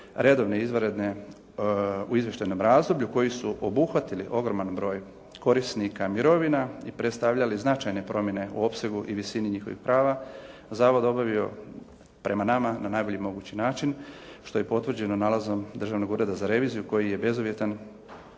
redovne, izvanredne, u izvještajnom razdoblju koji su obuhvatili ogroman broj korisnika mirovina i predstavljali značajne promjene u opsegu i visini njihovih prava zavod obavio prema nama na najbolji mogući način što je i potvrđeno nalazom državnog ureda za reviziju koji je bezuvjetan